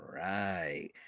right